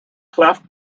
cleft